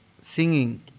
singing